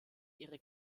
ihre